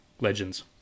Legends